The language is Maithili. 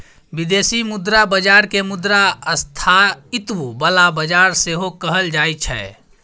बिदेशी मुद्रा बजार केँ मुद्रा स्थायित्व बला बजार सेहो कहल जाइ छै